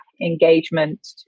engagement